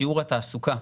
שיעור התעסוקה,